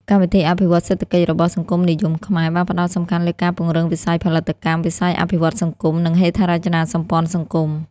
កម្មវិធីអភិវឌ្ឍន៍សេដ្ឋកិច្ចរបស់ សង្គមនិយមខ្មែរ បានផ្តោតសំខាន់លើការពង្រឹងវិស័យផលិតកម្ម វិស័យអភិវឌ្ឍន៍សង្គម និងហេដ្ឋារចនាសម្ព័ន្ធសង្គម។